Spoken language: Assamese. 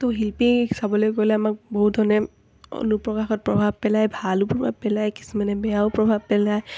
ত' শিল্পীক চাবলৈ গ'লে আমাক বহুত ধৰণে অনুপ্ৰকাশত প্ৰভাৱ পেলায় ভালো প্ৰভাৱ পেলায় কিছুমানে বেয়াও প্ৰভাৱ পেলায়